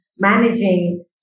managing